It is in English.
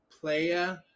Playa